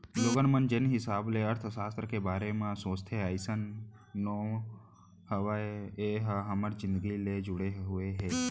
लोगन मन जेन हिसाब ले अर्थसास्त्र के बारे म सोचथे अइसन नो हय ए ह हमर जिनगी ले जुड़े हुए हे